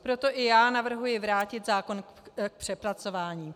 Proto i já navrhuji vrátit zákon k přepracování.